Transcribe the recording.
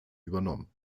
übernommen